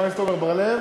חבר הכנסת עמר בר-לב,